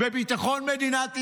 בביטחון מדינת ישראל.